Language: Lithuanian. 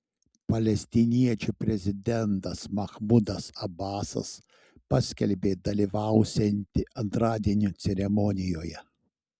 palestiniečių prezidentas mahmudas abasas paskelbė dalyvausianti antradienio ceremonijoje